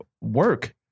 work